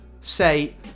say